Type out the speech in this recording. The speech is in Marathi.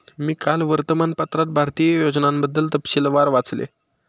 मी काल वर्तमानपत्रात भारतीय योजनांबद्दल तपशीलवार वाचले